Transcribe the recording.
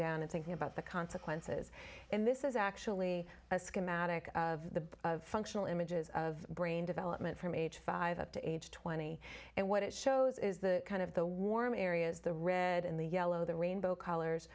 down and thinking about the consequences and this is actually a schematic of the functional images of brain development from age five up to age twenty and what it shows is the kind of the warm areas the red in the yellow the rainbow colors